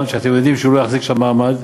שאתם יודעים שהוא לא יחזיק שם מעמד.